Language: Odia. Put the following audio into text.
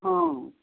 ହଁ